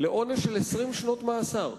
לעונש של 20 שנות מאסר.